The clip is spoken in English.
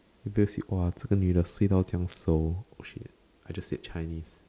!wah! 这个女的睡到这样熟 oh shit I just said chinese